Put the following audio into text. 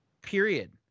Period